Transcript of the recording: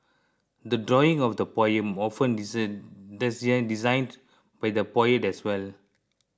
the drawing of the poem often designed by the poet as well